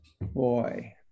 boy